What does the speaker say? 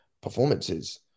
performances